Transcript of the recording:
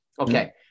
Okay